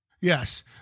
Yes